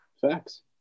Facts